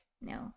no